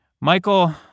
Michael